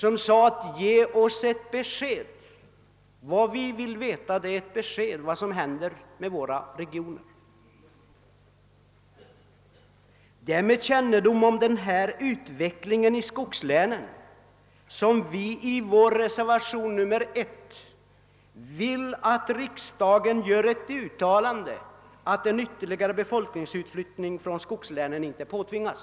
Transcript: De ville ha ett besked, så att de visste vad som kommer att hända inom deras region. Det är med kännedom om den här utvecklingen i skogslänen som vi i reservationen 1 vill att riksdagen gör ett uttalande, att en ytterligare befolkningsutflyttning från skogslänen inte skall påtvingas.